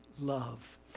love